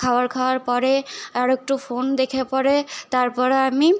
খাবার খাওয়ার পরে আরেকটু ফোন দেখে পরে তারপরে আমি